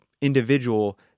individual